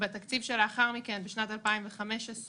חברי הכנסת יוכלו גם להציג עמדות ותהיה התייחסות